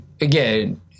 again